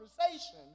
conversation